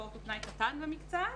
ספורט ופנאי קטן במקצת,